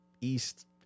East